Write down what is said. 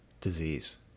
disease